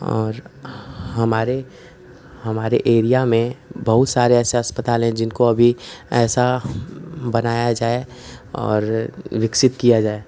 और हमारे हमारे एरिया में बहुत सारे ऐसे अस्पताल हैं जिनको अभी ऐसा बनाया जाए और विकसित किया जाए